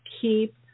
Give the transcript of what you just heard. keep